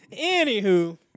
Anywho